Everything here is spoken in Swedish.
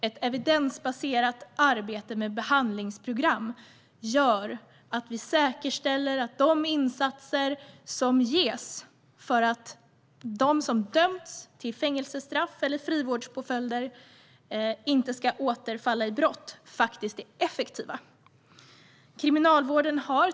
Ett evidensbaserat arbete med behandlingsprogram gör att vi säkerställer att de insatser som ges för att de som dömts till fängelsestraff eller frivårdspåföljder inte ska återfalla i brott faktiskt är effektiva.